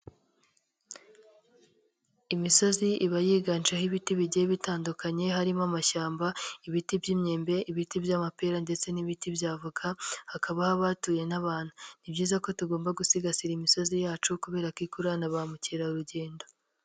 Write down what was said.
Imisozi iba yiganjemo ibiti bigiye bitandukanye harimo amashyamba, ibiti by'imyembe, ibiti by'amapera ndetse n'ibiti bya avoka, hakaba haba hatuye n'abantu, ni byiza ko tugomba gusigasira imisozi yacu kubera ko ikurura na ba mukerarugendo.